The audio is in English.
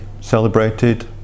celebrated